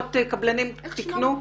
700 קבלנים תקנו?